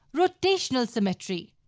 rotational symmetry.